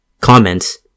Comments